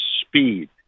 Speed